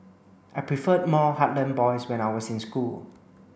I preferred more heartland boys when I was in school